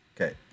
Okay